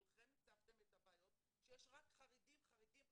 כולכם הצפתם את הבעיות שיש רק חריגים בפוליסה.